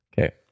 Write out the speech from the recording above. Okay